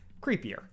creepier